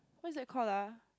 what is that call ah